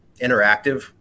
interactive